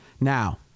Now